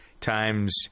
times